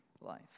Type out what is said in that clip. life